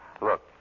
look